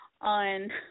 on